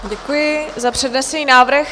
Děkuji za přednesený návrh.